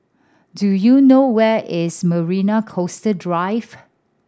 do you know where is Marina Coastal Drive